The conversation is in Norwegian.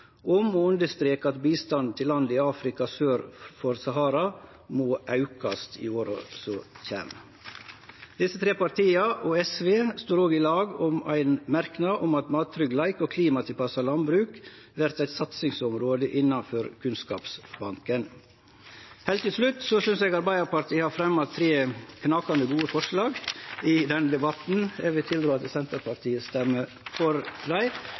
om å understreke at bistand til land i Afrika sør for Sahara må aukast i åra som kjem. Desse tre partia og SV står òg i lag om ein merknad om at mattryggleik og klimatilpassa landbruk vert eit satsingsområde innanfor Kunnskapsbanken. Heilt til slutt synest eg Arbeidarpartiet har fremja tre knakande gode forslag i denne debatten, og eg vil tilrå Senterpartiet å stemme for